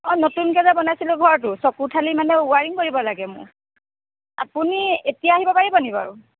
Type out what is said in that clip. অঁ নতুনকৈ যে বনাইছিলোঁ ঘৰটো ছকোঠালী মানে ৱাইৰিঙ কৰিব লাগে মোৰ আপুনি এতিয়া আহিব পাৰিব নেকি বাৰু